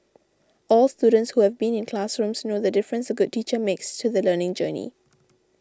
all students who have been in classrooms know the difference a good teacher makes to the learning journey